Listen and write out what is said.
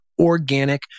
organic